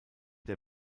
der